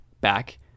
back